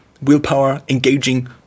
willpower-engaging